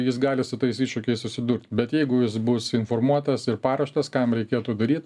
jis gali su tais iššūkiais susidurt bet jeigu jis bus informuotas ir paruoštas ką jam reikėtų daryt